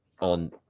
on